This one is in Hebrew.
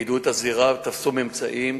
תיעדו את הזירה ותפסו ממצאים,